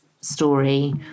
story